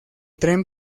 tren